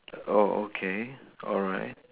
oh okay alright